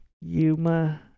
Yuma